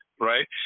right